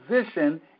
position